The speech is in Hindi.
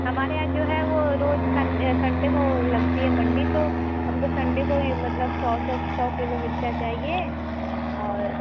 हमारे यहाँ जो है वो रोज़ सनडे को लगती है मंडी तो हम को सनडे को ही मतलब सौ सौ सौ किलो मिर्च चाहिए और